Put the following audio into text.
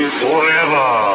forever